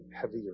heavier